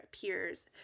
peers